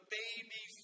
baby